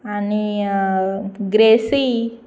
आनी ग्रेसी